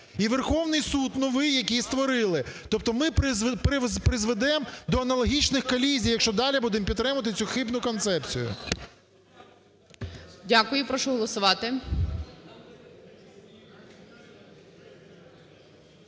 і Верховний Суд - новий, який створили. Тобто ми призведемо до аналогічних колізій, якщо далі будемо підтримувати цю хибну концепцію. ГОЛОВУЮЧИЙ. Дякую. Прошу голосувати.